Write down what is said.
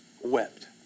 wept